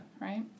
Right